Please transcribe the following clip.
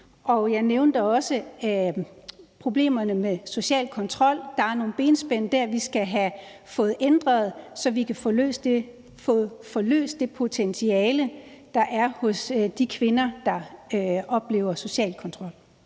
jeg nævnte også problemerne med social kontrol. Der er nogle benspænd der, vi skal have ændret, så vi kan få forløst det potentiale, der er hos de kvinder, der oplever social kontrol.